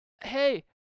Hey